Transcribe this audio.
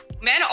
Men